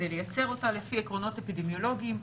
כדי לייצר אותה לפי עקרונות האפידמיולוגיים,